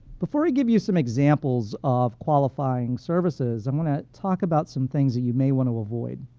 before i give you some examples of qualifying services, i'm going to talk about some things that you may want to avoid.